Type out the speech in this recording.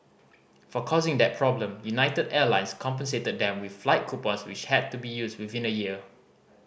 for causing that problem United Airlines compensated them with flight coupons which had to be used within a year